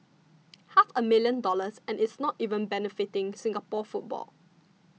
half a million dollars and it's not even benefiting Singapore football